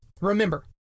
Remember